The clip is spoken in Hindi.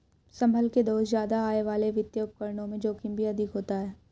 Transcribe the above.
संभल के दोस्त ज्यादा आय वाले वित्तीय उपकरणों में जोखिम भी अधिक होता है